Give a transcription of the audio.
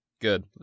Good